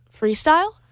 freestyle